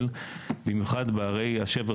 זאת אומרת שבניין שייחתם היום,